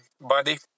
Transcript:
buddy